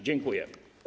Dziękuję.